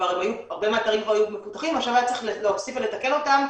הרבה מהאתרים כבר היו מפותחים ועכשיו היה צריך להוסיף ולתקן אותם,